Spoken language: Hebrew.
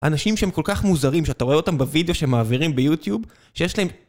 אנשים שהם כל כך מוזרים, שאתה רואה אותם בווידאו שמעבירים ביוטיוב, שיש להם...